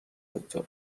دکتر